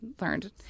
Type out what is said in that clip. learned